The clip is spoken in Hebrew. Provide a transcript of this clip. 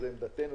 זו עמדתנו,